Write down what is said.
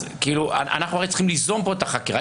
אז אנחנו הרי צריכים ליזום פה את החקירה,